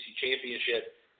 championship